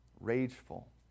Rageful